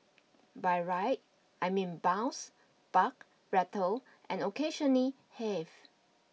by ride I mean bounce buck rattle and occasionally heave